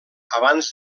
abans